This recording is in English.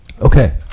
Okay